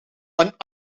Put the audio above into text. een